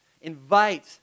invite